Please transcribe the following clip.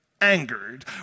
angered